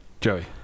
Joey